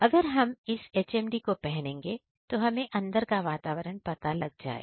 अगर हम इस HMD को पहनेंगे तो हमें अंदर का वातावरण पता लग जाएगा